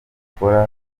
bakora